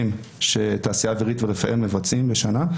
שהתעשייה האווירית ורפאל מבצעים בשנה,